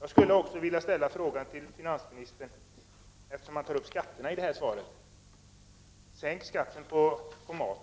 Eftersom finansministern tar upp frågan om skatterna i sitt svar skulle jag vilja fråga om inte man kunde sänka skatten på maten.